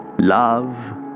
Love